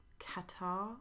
Qatar